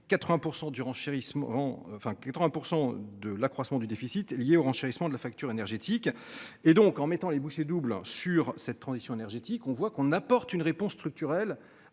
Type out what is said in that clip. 80% de l'accroissement du déficit lié au renchérissement de la facture énergétique et donc en mettant les bouchées doubles sur cette transition énergétique, on voit qu'on apporte une réponse structurelle